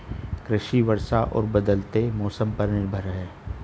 कृषि वर्षा और बदलते मौसम पर निर्भर है